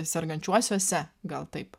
sergančiuosiuose gal taip